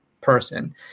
person